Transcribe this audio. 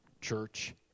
church